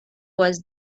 was